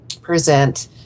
present